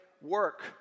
work